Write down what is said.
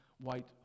white